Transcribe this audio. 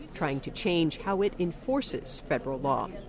trying to change how it enforces federal law.